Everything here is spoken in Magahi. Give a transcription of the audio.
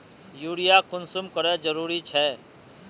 यूरिया कुंसम करे जरूरी छै?